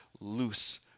loose